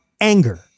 anger